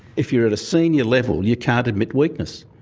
if you are at a senior level you can't admit weakness.